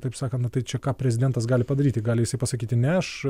taip sakant na tai čia ką prezidentas gali padaryti gali jisai pasakyti ne aš